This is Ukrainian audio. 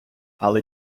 але